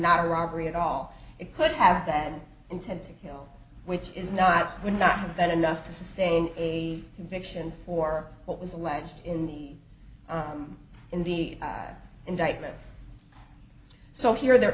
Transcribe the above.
not a robbery at all it could have that intent to kill which is not would not have been enough to sustain a conviction for what was alleged in the in the indictment so here there